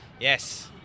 Yes